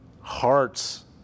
hearts